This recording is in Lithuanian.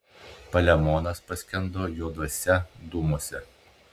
palemonas paskendo juoduose dūmuose